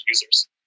users